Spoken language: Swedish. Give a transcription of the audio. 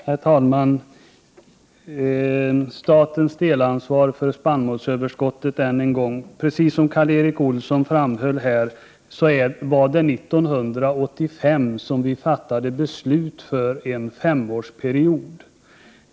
Herr talman! Statens delansvar för spannmålsöverskottet än en gång. Precis som Karl Erik Olsson framhöll var det 1985 som vi fattade beslut för en femårsperiod.